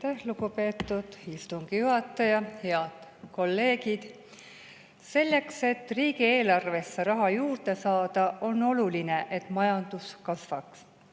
lugupeetud istungi juhataja! Head kolleegid! Selleks, et riigieelarvesse raha juurde saada, on oluline, et majandus kasvaks.